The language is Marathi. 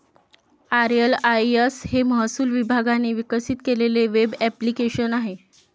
आर.एल.आय.एस हे महसूल विभागाने विकसित केलेले वेब ॲप्लिकेशन आहे